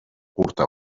curta